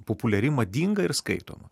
populiari madinga ir skaitoma